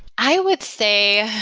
i would say,